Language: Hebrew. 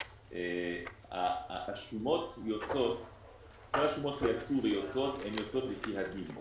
כל השומות שיצאו ויוצאות, הן יוצאות לפי הדין.